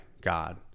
God